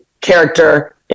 character